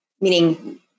Meaning